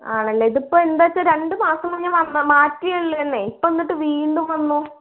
ആണല്ലേ ഇതിപ്പോൾ എന്താണ് വെച്ചാൽ രണ്ട് മാസം മുന്നേ വന്നേ മാറ്റിയേ ഉള്ളൂന്നേ ഇപ്പം എന്നിട്ട് വീണ്ടും വന്നു